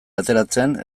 ateratzen